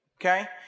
okay